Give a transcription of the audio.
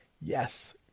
Yes